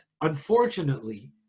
unfortunately